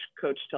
Coach